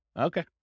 Okay